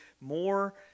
more